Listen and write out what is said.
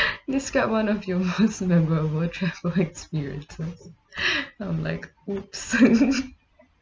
describe one of your most memorable travel experiences I'm like whoops